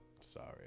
Sorry